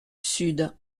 sud